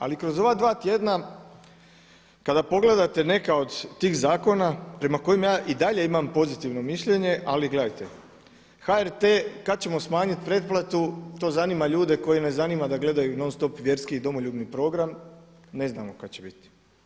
Ali kroz ova dva tjedna kada pogledate neke od tih zakona prema kojima ja i dalje imam pozitivno mišljenje ali gledajte, HRT, kada ćemo smanjiti pretplatu, to zanima ljude koje ne zanima da gledaju non-stop vjerski i domoljubni program, ne znamo kada će biti.